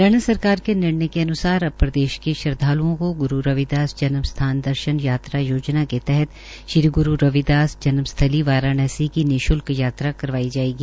हरियाणा सरकार के निर्णय अन्सार अब प्रदेश के श्रद्धाल्ओं को ग्रू रविदास जन्म स्थान दर्शन यात्रा योजना के तहत संत शिरोमणि श्री ग्रू रविदास जन्मस्थली वाराणासी की निश्ल्क यात्रा करवाई जाएगी